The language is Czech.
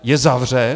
Je zavřen?